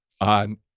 on